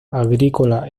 agrícola